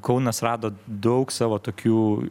kaunas rado daug savo tokių